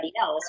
else